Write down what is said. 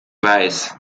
weiß